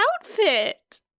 outfit